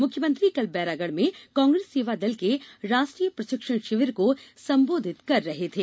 मुख्यमंत्री कल बैरागढ़ में कांग्रेस सेवा दल के राष्ट्रीय प्रशिक्षण शिविर को संबोधित कर रहे थे